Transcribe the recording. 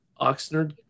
Oxnard